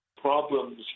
problems